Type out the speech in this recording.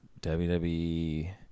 WWE